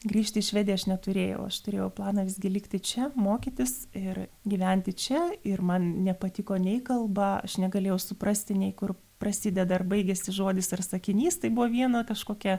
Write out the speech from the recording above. grįžti į švediją aš neturėjau aš turėjau planą visgi likti čia mokytis ir gyventi čia ir man nepatiko nei kalba aš negalėjau suprasti nei kur prasideda ar baigiasi žodis ar sakinys tai buvo viena kažkokia